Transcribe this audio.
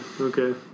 okay